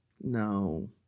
no